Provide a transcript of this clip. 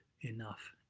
enough